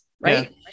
right